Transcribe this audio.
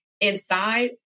inside